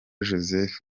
joseph